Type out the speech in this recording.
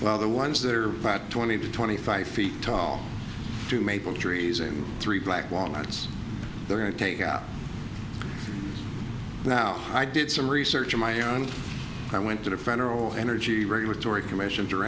while the ones that are about twenty to twenty five feet tall to maple trees and three black walnuts there i take out now i did some research of my own i went to the federal energy regulatory commission